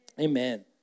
Amen